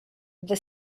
the